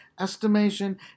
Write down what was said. estimation